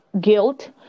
guilt